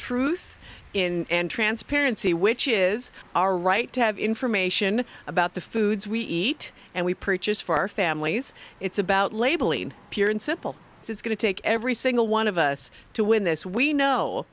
truth in and transparency which is our right to have information about the foods we eat and we purchase for our families it's about labeling pure and simple it's going to take every single one of us to win this we know